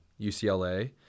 UCLA